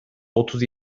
otuz